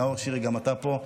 נאור שירי, גם אתה פה.